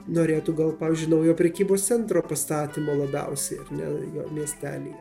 norėtų gal pavyzdžiui naujo prekybos centro pastatymo labiausiai ar ne jo miestelyje